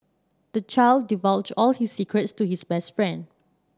the child divulged all his secrets to his best friend